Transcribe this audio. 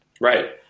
Right